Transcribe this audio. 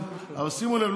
אבל שימו לב,